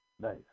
Nice